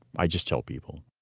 i just tell people.